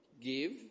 Give